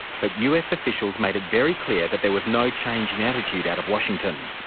but us officials made it very clear that there was no change in attitude out of washington.